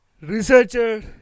Researcher